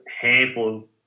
handful